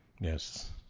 Yes